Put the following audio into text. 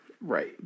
Right